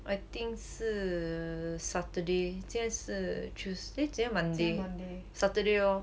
I think 是 saturday 今天是 tues~ eh 今天是 monday saturday lor